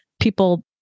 people